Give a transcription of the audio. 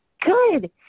Good